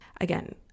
Again